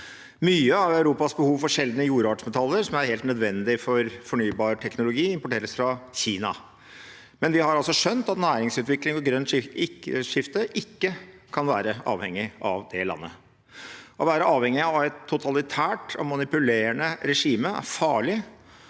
Mye av Europas behov for sjeldne jordartsmetaller, som er helt nødvendig for fornybar teknologi, dekkes av import fra Kina. Samtidig har vi altså skjønt at næringsutvikling og grønt skifte ikke kan være avhengig av det landet. Å være avhengig av et totalitært og manipulerende regime er farlig,